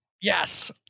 Yes